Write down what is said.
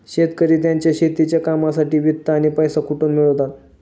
शेतकरी त्यांच्या शेतीच्या कामांसाठी वित्त किंवा पैसा कुठून मिळवतात?